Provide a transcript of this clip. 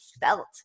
felt